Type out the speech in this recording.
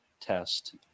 test